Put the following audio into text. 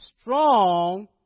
strong